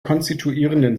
konstituierenden